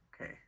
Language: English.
Okay